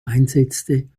einsetzte